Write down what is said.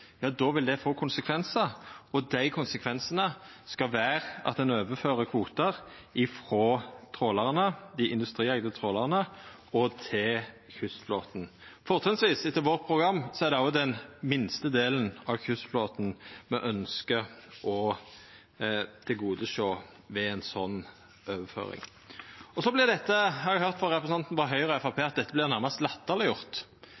vil det få konsekvensar, og dei konsekvensane skal vera at ein overfører kvotar frå trålarane, dei industrieigde trålarane, til kystflåten. Fortrinnsvis etter vårt program er det også den minste delen av kystflåten me ønskjer å tilgodesjå med ei sånn overføring. Så vert dette, har me høyrt frå representantane frå Høgre og